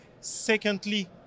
Secondly